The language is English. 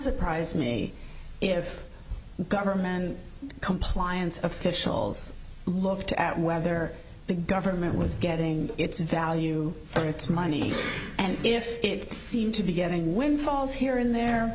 surprise me if government compliance officials looked at whether the government was getting its value on its money and if it seemed to be getting windfalls here in there